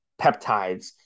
peptides